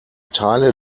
teile